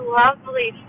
lovely